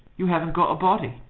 you haven't got a body.